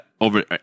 over